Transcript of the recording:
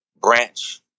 branch